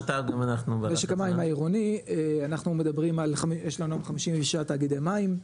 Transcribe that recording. משק המים העירוני אנחנו מדברים על יש לנו 56 תאגידי מים,